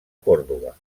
còrdova